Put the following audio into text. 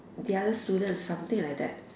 the other student something like that